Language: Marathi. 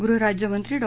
गृहराज्यमंत्री डॉ